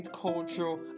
Cultural